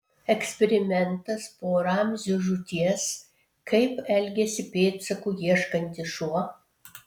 eksperimentas po ramzio žūties kaip elgiasi pėdsakų ieškantis šuo